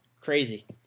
Crazy